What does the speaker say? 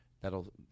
That'll